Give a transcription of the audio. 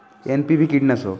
NPV কি কীটনাশক?